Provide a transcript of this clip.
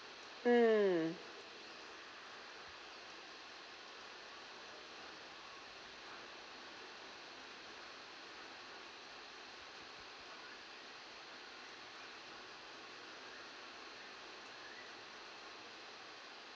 mm